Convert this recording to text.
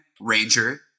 Ranger